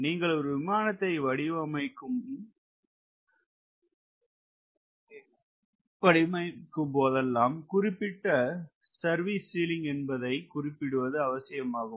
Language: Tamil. நீங்கள் ஒரு விமானத்தை வடிவமைக்கும் போதெல்லாம் குறிப்பிட்ட சர்வீஸ் சீலிங் என்பதை குறிப்பிடுவது அவசியமாகும்